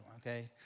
okay